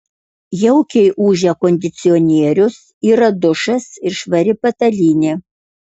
jaukiai ūžia kondicionierius yra dušas ir švari patalynė